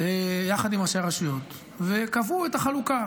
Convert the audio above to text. יחד עם ראשי הרשויות, וקבעו את החלוקה.